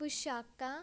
ਪੁਸ਼ਾਕਾਂ